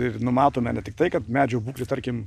ir numatome ne tiktai kad medžių būklė tarkim